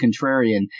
contrarian